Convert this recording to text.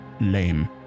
Lame